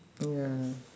mm ya